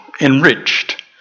enriched